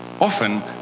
often